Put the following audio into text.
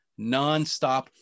nonstop